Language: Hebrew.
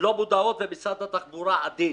לא מודעות לזה, ומשרד התחבורה אדיש.